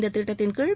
இந்த திட்டத்தின்கீழ்